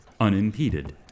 unimpeded